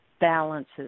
balances